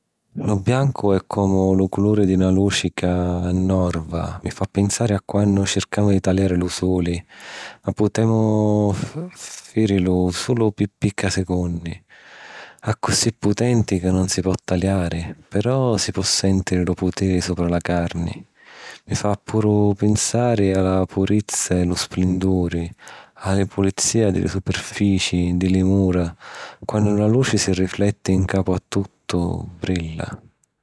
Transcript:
Lu biancu è comu lu culuri di na luci ca annorva, mi fa pinsari a quannu circamu di taliari lu suli ma putemu fàrilu sulu pi picca secunni. Accussì putenti ca nun si po taliari, però si po sèntiri lu putiri supra la carni. Mi fa puru pinsari a la purizza e lu splenduri, a la pulizìa di li superfici, di li mura quannu la luci si rifletti 'ncapu a tuttu e brilla.